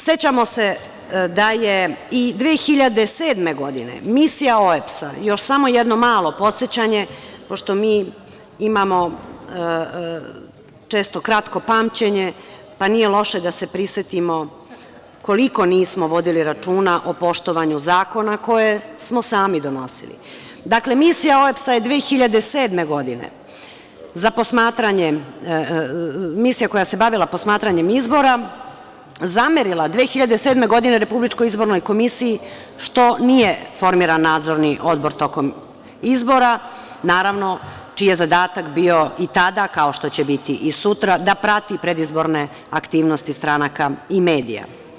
Sećamo se da je i 2007. godine misija OEBS-a, još samo jedno malo podsećanje pošto mi imamo često kratko pamćenje, pa nije loše da se prisetimo koliko nismo vodili računa o poštovanju zakona koje smo sami donosili, dakle, misija OEBS-a je 2007. godine, misija koja se bavila posmatranjem izbora zamerila 2007. godine Republičkoj izbornoj komisiji što nije formiran Nadzorni odbor tokom izbora, naravno čiji je zadatak bio i tada, kao što će biti i sutra da prati predizborne aktivnosti stranaka i medija.